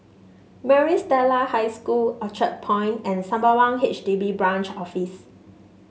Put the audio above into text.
Maris Stella High School Orchard Point and Sembawang H D B Branch Office